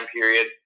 period